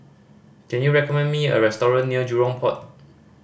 can you recommend me a restaurant near Jurong Port